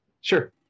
Sure